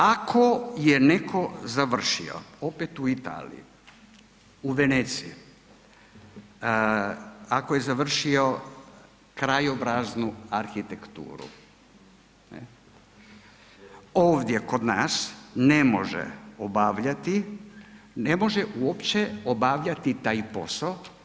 Ako je netko završio opet u Italiji, u Veneciji, ako je završio krajobraznu arhitekturu, ovdje kod nas ne može obavljati, ne može uopće obavljati taj posao.